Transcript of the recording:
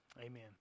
amen